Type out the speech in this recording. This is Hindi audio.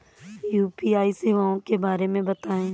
यू.पी.आई सेवाओं के बारे में बताएँ?